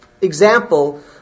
example